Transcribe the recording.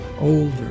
older